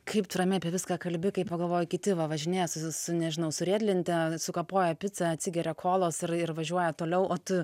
kaip tu ramiai apie viską kalbi kai pagalvoji kiti va važinėjas su nežinau su riedlente sukapoja picą atsigeria kolos ir ir važiuoja toliau o tu